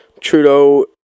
trudeau